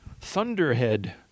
Thunderhead